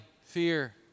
fear